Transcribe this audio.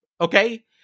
Okay